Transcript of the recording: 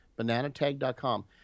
Bananatag.com